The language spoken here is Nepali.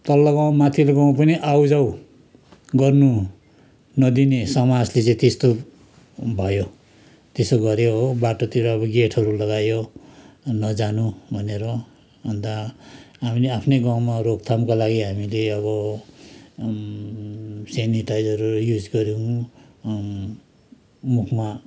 तल्लो गाउँ माथिल्लो गाउँ पनि आउजाउ गर्नु नदिने समाजले चाहिँ त्यस्तो भयो त्यसो गऱ्यो हो बाटोतिर अब गेटहरू लगायो नजानु भनेर अन्त हामीले आफ्नै गाउँमा रोकथामको लागि हामीले अब सेनिटाइजरहरू युज गऱ्यौँ मुखमा